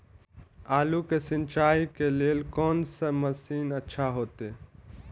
आलू के सिंचाई के लेल कोन से मशीन अच्छा होते?